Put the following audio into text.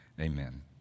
Amen